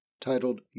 titled